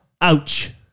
Ouch